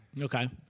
Okay